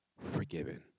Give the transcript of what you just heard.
forgiven